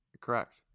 Correct